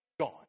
gone